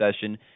session